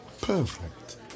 Perfect